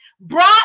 brought